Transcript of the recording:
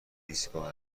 ایستگاه